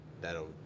that'll